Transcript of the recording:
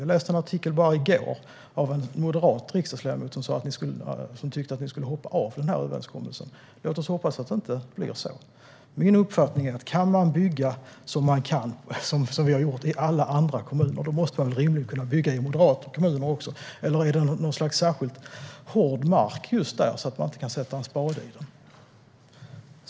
Jag läste i går en artikel av en moderat riksdagsledamot som tyckte att ni skulle hoppa av den här överenskommelsen. Låt oss hoppas att det inte blir så. Min uppfattning är: Kan man bygga i alla andra kommuner måste man rimligen kunna bygga också i moderata kommuner. Eller är det särskilt hård mark just där så att man inte kan sätta en spade i den?